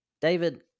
David